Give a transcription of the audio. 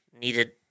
needed